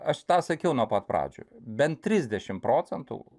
aš tą sakiau nuo pat pradžios bent trisdešimt procentų